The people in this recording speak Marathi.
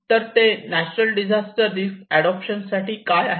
तर ते नॅचरल डिझास्टर रिस्क अडोप्शन साठी काय आहे